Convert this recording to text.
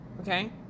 okay